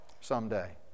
someday